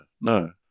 no